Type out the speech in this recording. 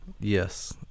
yes